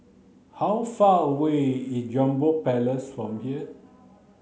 how far away is Jambol Palace from here